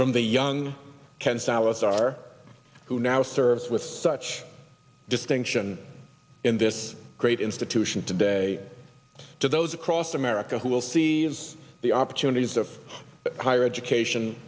from the young ken salazar who now serves with such distinction in this great institution today to those across america who will seize the opportunities of higher education